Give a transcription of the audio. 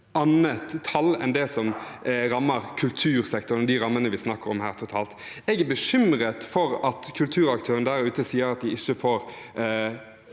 annet tall enn det som rammer kultursektoren, de rammene vi her snakker om totalt. Jeg er bekymret når kulturaktørene der ute sier at de ikke får